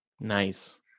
Nice